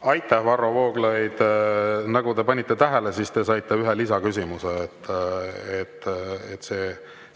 Aitäh, Varro Vooglaid! Nagu te tähele panite, siis te saite ühe lisaküsimuse.